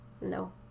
no